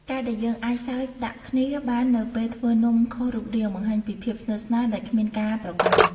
ការដែលយើងអាចសើចដាក់គ្នាបាននៅពេលធ្វើនំខុសរូបរាង បង្ហាញពីភាពស្និទ្ធស្នាលដែលគ្មានការប្រកាន់។